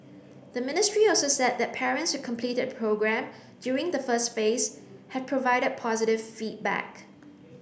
the ministry also said that parents who completed programme during the first phase have provided positive feedback